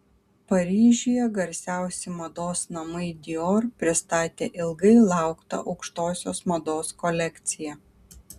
paryžiuje garsiausi mados namai dior pristatė ilgai lauktą aukštosios mados kolekciją